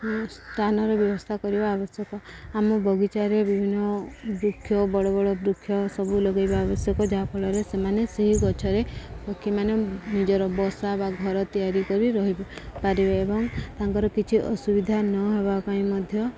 ସ୍ଥାନର ବ୍ୟବସ୍ଥା କରିବା ଆବଶ୍ୟକ ଆମ ବଗିଚାରେ ବିଭିନ୍ନ ବୃକ୍ଷ ବଡ଼ ବଡ଼ ବୃକ୍ଷ ସବୁ ଲଗାଇବା ଆବଶ୍ୟକ ଯାହାଫଳରେ ସେମାନେ ସେହି ଗଛରେ ପକ୍ଷୀମାନେ ନିଜର ବସା ବା ଘର ତିଆରି କରି ରହିପାରିବେ ଏବଂ ତାଙ୍କର କିଛି ଅସୁବିଧା ନ ହେବା ପାଇଁ ମଧ୍ୟ